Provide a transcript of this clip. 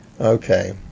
Okay